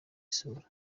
isura